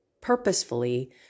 purposefully